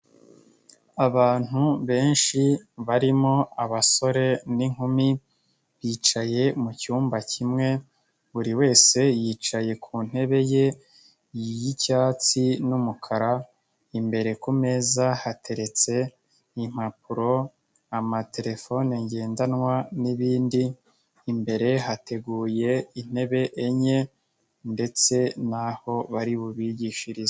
Abantu benshi barimo abasore n'inkumi bicaye mu cyumba kimwe buri wese yicaye ku ntebe ye y'icyatsi n'umukara, imbere ku meza hateretse impapuro, amaterefone ngendanwa n'ibindi, imbere hateguye intebe enye ndetse n'aho bari bubigishirize.